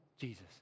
Jesus